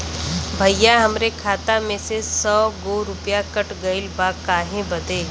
भईया हमरे खाता में से सौ गो रूपया कट गईल बा काहे बदे?